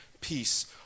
peace